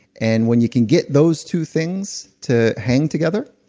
and when you can get those two things to hang together,